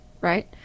Right